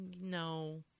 no